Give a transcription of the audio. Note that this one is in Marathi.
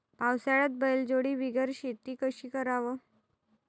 पावसाळ्यात बैलजोडी बिगर शेती कशी कराव?